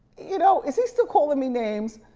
you know? is he still calling me names?